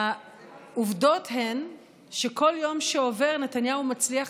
העובדות הן שכל יום שעובר נתניהו מצליח